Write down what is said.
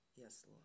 Yes